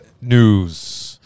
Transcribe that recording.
news